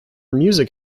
music